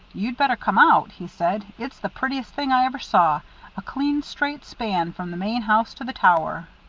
you'd better come out, he said. it's the prettiest thing i ever saw a clean straight span from the main house to the tower.